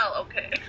okay